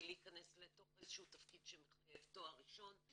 להכנס לתוך איזה שהוא תפקיד שמחייב תואר ראשון,